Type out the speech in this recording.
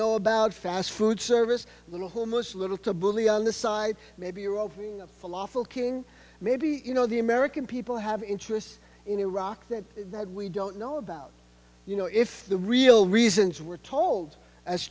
know about fast food service little homeless little to bully on the side maybe your old falafel king maybe you know the american people have interests in iraq that that we don't know about you know if the real reasons we're told as